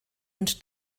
und